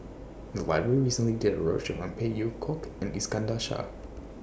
The Library recently did A roadshow on Phey Yew Kok and Iskandar Shah